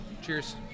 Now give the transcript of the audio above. Cheers